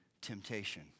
temptation